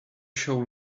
show